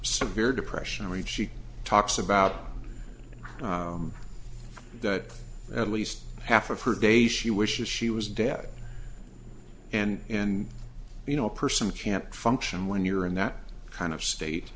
severe depression or if she talks about that at least half of her days she wishes she was dead and you know a person can't function when you're in that kind of state